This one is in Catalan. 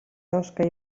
tosca